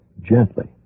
gently